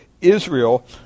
Israel